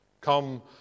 come